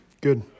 Good